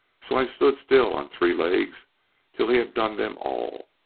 so i stood still on three legs till he had done them all.